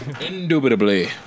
indubitably